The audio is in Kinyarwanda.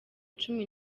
cumi